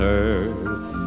earth